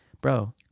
bro